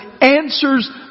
answers